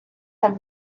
так